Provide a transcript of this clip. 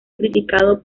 criticado